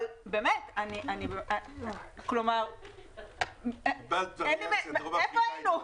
באמת, כלומר, איפה היינו?